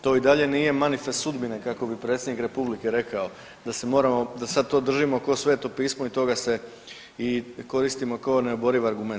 To i dalje nije manifest sudbine kako bi predsjednik Republike rekao, da se moramo, da sad to držimo ko Sveto pismo i toga se i koristimo kao neoboriv argument.